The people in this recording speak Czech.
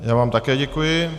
Já vám také děkuji.